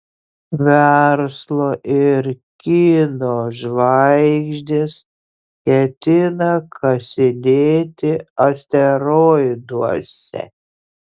verslo ir kino žvaigždės ketina kasinėti asteroiduose